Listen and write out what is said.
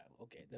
okay